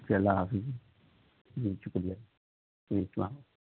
اچھا اللہ حافظ جی شکریہ جی سلام